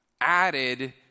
added